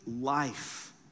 life